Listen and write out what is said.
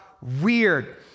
weird